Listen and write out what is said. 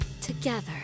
together